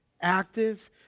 Active